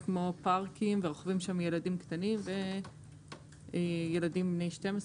כמו פארקים ורוכבים שם ילדים קטנים וילדים בני 12,